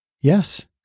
Yes